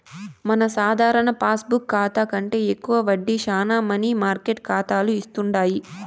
మన సాధారణ పాస్బుక్ కాతా కంటే ఎక్కువ వడ్డీ శానా మనీ మార్కెట్ కాతాలు ఇస్తుండాయి